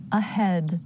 ahead